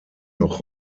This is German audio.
noch